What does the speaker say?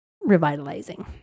revitalizing